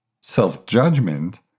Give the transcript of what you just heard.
self-judgment